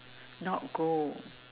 not gold